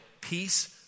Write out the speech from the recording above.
peace